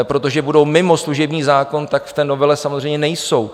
Protože budou mimo služební zákon, tak v té novele samozřejmě nejsou.